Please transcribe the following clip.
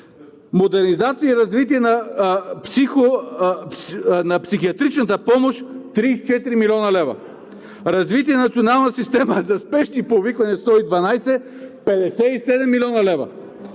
модернизация и развитие на психиатричната помощ – 34 млн. лв.; развитие на национална система за спешни повиквания 112 – 57 млн.